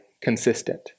consistent